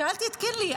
שאלתי את קינלי.